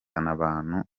amazu